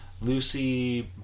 Lucy